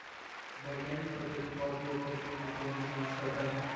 वैज्ञानिक पद्धति का उपयोग करके मुद्दों की जांच करता है